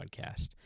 podcast